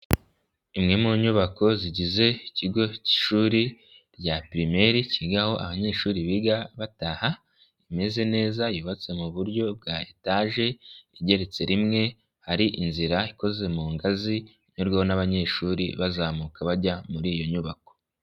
Imwe mu nyubako zigize ikigo cy'ishuri rya primeri kigaho abanyeshuri biga bataha, rimeze neza yubatse mu buryo bwa etaje igeretse rimwe, hari inzira ikoze mu ngazi inyurwaho n'abanyeshuri bazamuka bajya muri iyo nyubako.